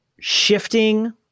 Shifting